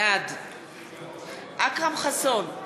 בעד אכרם חסון,